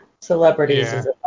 celebrities